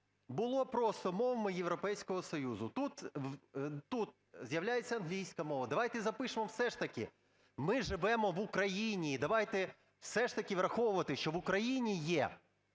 було просто: мовами Європейського Союзу. Тут з'являється англійська мова. Давайте запишемо все ж таки, ми живемо в Україні і давайте все ж таки враховувати, що в Україні є